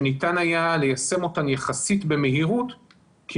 שניתן היה ליישם אותן יחסית במהירות כי